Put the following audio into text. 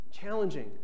challenging